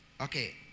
Okay